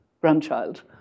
grandchild